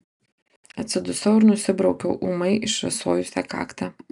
atsidusau ir nusibraukiau ūmai išrasojusią kaktą